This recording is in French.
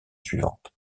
suivante